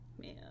man